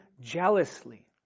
jealously